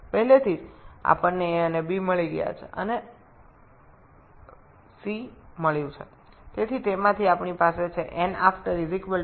ইতিমধ্যে আমরা a এবং b পেয়েছি যাতে আমরা c ও পেয়েছি